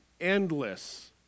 endless